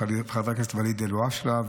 חבר כנסת ואליד אלהואשלה,